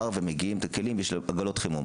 פרווה ,מגעילים את הכלים ויש עגלות חימום